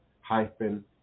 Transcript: hyphen